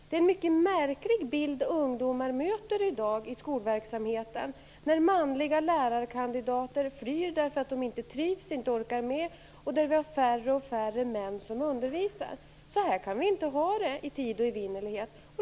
Det är en mycket märklig bild ungdomar möter i dag i skolverksamheten, när manliga lärarkandidater flyr därför att de inte trivs, inte orkar med och där vi har färre och färre män som undervisar. Så här kan vi inte ha det i tid och evighet.